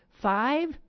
five